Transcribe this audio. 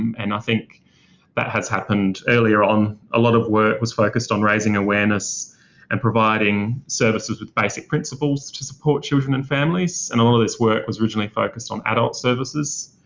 and i think that has happened earlier on. a lot of work was focused on raising awareness and providing services with basic principles to support children and families, and a lot of this work was originally focused on adult services.